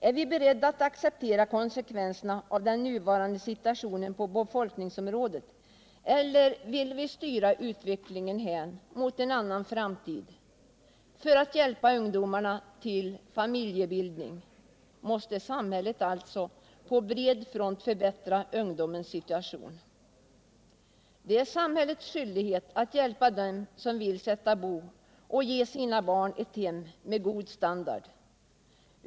Är vi beredda att acceptera konsekvenserna av den nuvarande situationen på befolkningsområdet, eller vill vi styra utvecklingen hän mot en annan framtid? För att hjälpa ungdomarna till familjebildning måste samhället alltså på bred front förbättra ungdomens situation. Det är samhällets skyldighet att hjälpa den som vill sätta bo och ge sina barn ett hem med god standard.